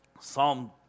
Psalm